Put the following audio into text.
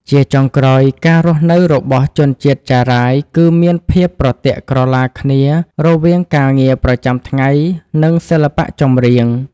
ជាចុងក្រោយ ការរស់នៅរបស់ជនជាតិចារាយគឺមានភាពប្រទាក់ក្រឡាគ្នារវាងការងារប្រចាំថ្ងៃ និងសិល្បៈចម្រៀង។